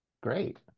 great